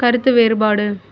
கருத்து வேறுபாடு